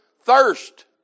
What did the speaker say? thirst